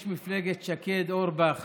יש מפלגת שקד, אורבך